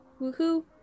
Woohoo